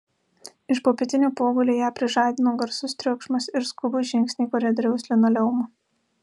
iš popietinio pogulio ją prižadino garsus triukšmas ir skubūs žingsniai koridoriaus linoleumu